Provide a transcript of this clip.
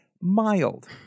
mild